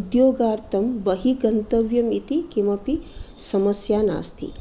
उद्योगार्तं बहि गन्तव्यं इति किमपि समस्या नास्ति